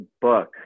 book